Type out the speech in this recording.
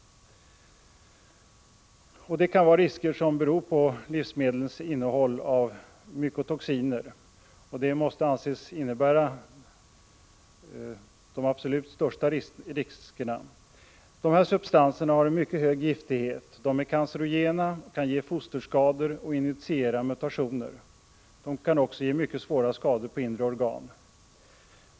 Produkternas innehåll av mykotoxiner måste anses innebära de största riskerna. Dessa substanser har en mycket hög giftighet. De är cancerogena, kan ge fosterskador och initiera mutationer. De kan också ge mycket svåra skador på inre organ.